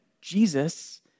Jesus